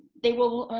they will,